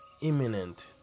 imminent